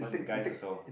guys also